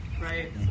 right